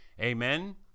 Amen